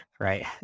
right